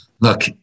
look